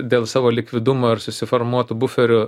dėl savo likvidumo ir susiformuotų buferių